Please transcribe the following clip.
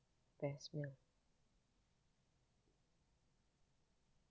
best meal